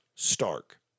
Stark